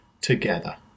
together